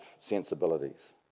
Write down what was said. sensibilities